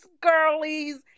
Girlies